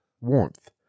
warmth